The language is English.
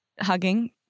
hugging